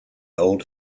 old